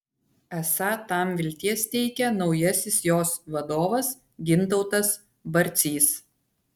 esą tam vilties teikia naujasis jos vadovas gintautas barcys